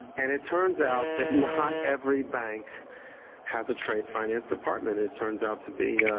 and it turns out that not every bank has trade finance department. it turns out to be a